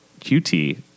QT